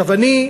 אני,